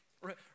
right